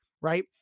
right